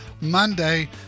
Monday